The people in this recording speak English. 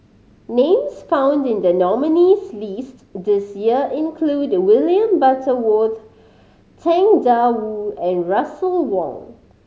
names found in the nominees' list this year include William Butterworth Tang Da Wu and Russel Wong